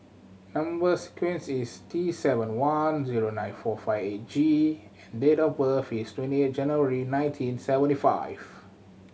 number sequence is T seven one zero nine four five eight G and date of birth is twenty eight January nineteen seventy five